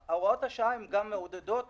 העמיתים היו מרוויחים הרבה יותר.